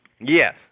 Yes